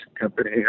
company